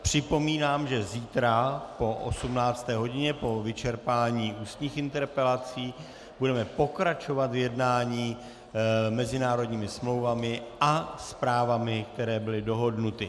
Připomínám, že zítra po 18. hodině po vyčerpání ústních interpelací budeme pokračovat v jednání mezinárodními smlouvami a zprávami, které byly dohodnuty.